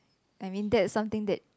I mean there's something that